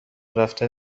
رفتن